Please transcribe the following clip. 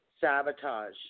sabotage